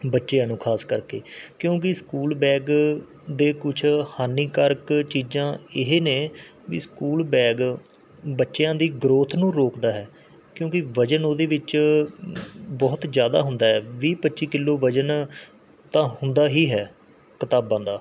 ਬੱਚਿਆਂ ਨੂੰ ਖਾਸ ਕਰਕੇ ਕਿਉਂਕਿ ਸਕੂਲ ਬੈਗ ਦੇ ਕੁਝ ਹਾਨੀਕਾਰਕ ਚੀਜ਼ਾਂ ਇਹ ਨੇ ਵੀ ਸਕੂਲ ਬੈਗ ਬੱਚਿਆਂ ਦੀ ਗਰੋਥ ਨੂੰ ਰੋਕਦਾ ਹੈ ਕਿਉਂਕਿ ਵਜਨ ਉਹਦੇ ਵਿੱਚ ਬਹੁਤ ਜ਼ਿਆਦਾ ਹੁੰਦਾ ਹੈ ਵੀਹ ਪੱਚੀ ਕਿੱਲੋ ਵਜਨ ਤਾਂ ਹੁੰਦਾ ਹੀ ਹੈ ਕਿਤਾਬਾਂ ਦਾ